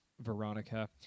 Veronica